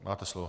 Máte slovo.